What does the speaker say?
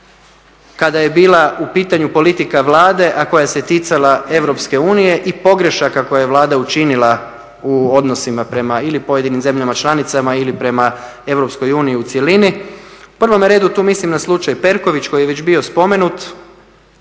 kada je bila u pitanju politika Vlade, a koja se ticala EU i pogrešaka koje je Vlada učinila u odnosima ili prema pojedinim zemljama članicama, ili prema EU u cjelini. U prvome redu to mislim na slučaj Perković koji je već bio spomenut,